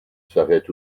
s’arrête